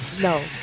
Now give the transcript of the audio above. No